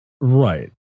Right